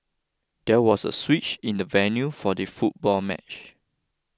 there was a switch in the venue for the football match